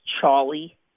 Charlie